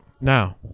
Now